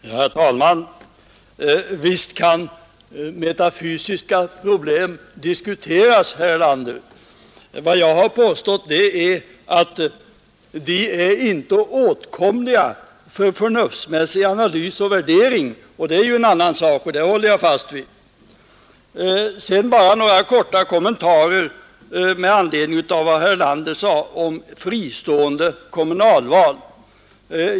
Herr talman! Visst kan metafysiska problem diskuteras, herr Erlander! Vad jag påstått är att de problemen inte är åtkomliga för en förnuftsmässig analys och värdering. Det är en annan sak, och det håller jag också fast vid. Sedan bara några korta kommentarer med anledning av vad herr Erlander sade om fristående kommunalval.